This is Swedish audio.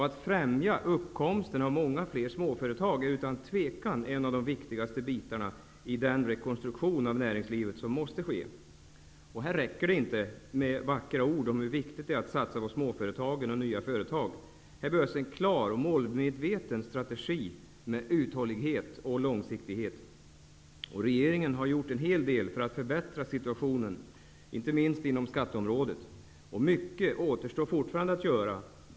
Att främja uppkomsten av många fler småföretag är utan tvivel en av de viktigaste bitarna i den rekonstruktion av näringslivet som måste ske. Här räcker det inte med vackra ord om hur viktigt det är att satsa på småföretagen och på nya företag. Här behövs en klar och målmedveten strategi med uthållighet och långsiktighet. Regeringen har gjort en hel del för att förbättra situationen, inte minst på skatteområdet. Mycket återstår trots detta fortfarande att göra.